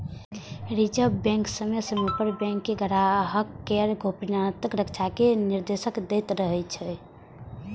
reserve Bank समय समय पर बैंक कें ग्राहक केर गोपनीयताक रक्षा के निर्देश दैत रहै छै